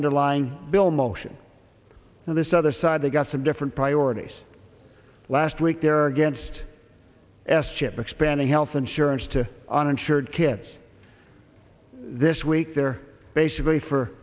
underlying bill motion and this other side they got some different priorities last week they're against s chip expanding health insurance to uninsured kids this week they're basically for